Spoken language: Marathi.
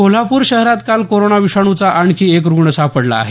कोल्हापूर शहरात काल कोरोना विषाणूचा आणखी एक रूग्ण सापडला आहे